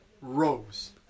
Rose